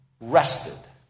rested